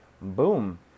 Boom